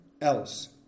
else